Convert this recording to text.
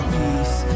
peace